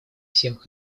всех